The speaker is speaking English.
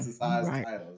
Right